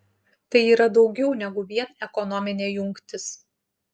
tai yra daugiau negu vien ekonominė jungtis